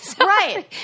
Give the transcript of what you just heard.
Right